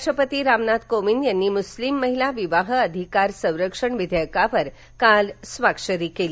राष्ट्रपती रामनाथ कोविंद यांनी मृस्लिम महिला विवाह अधिकार संरक्षण विधेयकावर काल स्वाक्षरी केली